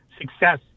success